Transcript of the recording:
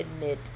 admit